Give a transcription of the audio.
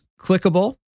clickable